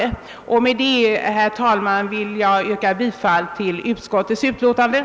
Med detta, herr talman, vill jag yrka bifall till utskottets hemställan.